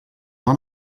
van